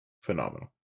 Phenomenal